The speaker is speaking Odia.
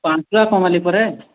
ପାଞ୍ଚ୍ ଟଙ୍କା କମା'ଲି ପରେ